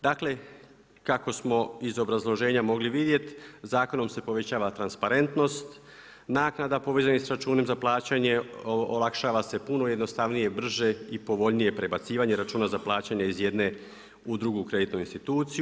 Dakle, kako smo iz obrazloženja mogli vidjeti, zakonom se povećava transparentnost naknada povezanih sa računom za plaćanje, olakšava se puno jednostavnije, brže i povoljnije prebacivanje računa za plaćanje iz jedne u drugu kreditnu instituciju.